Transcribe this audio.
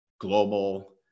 global